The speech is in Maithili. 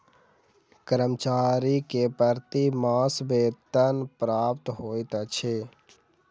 कर्मचारी के प्रति मास वेतन प्राप्त होइत अछि